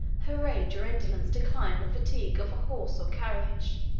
her age or indolence declined the fatigue of a horse or carriage